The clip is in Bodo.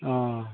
अ